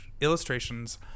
illustrations